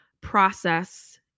process